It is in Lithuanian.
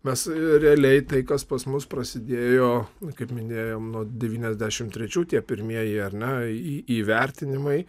mes realiai tai kas pas mus prasidėjo kaip minėjom nuo devyniasdešim trečių tie pirmieji ar ne įvertinimai